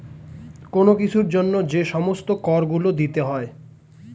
কোন কিছুর জন্য যে সমস্ত কর গুলো দিতে হয়